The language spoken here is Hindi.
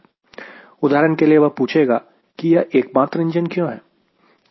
उदाहरण के लिए वह पूछेगा की यह एकमात्र इंजन क्यों है